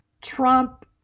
Trump